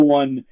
one